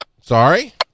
Sorry